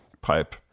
Pipe